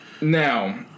Now